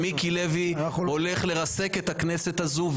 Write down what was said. מיקי לוי הולך לרסק את הכנסת הזאת,